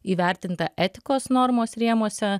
įvertinta etikos normos rėmuose